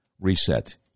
Reset